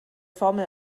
formel